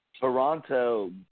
Toronto